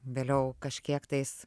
vėliau kažkiek tais